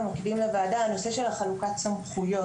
כשבמקרים שבהם נדרש סיוע כספי,